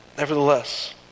Nevertheless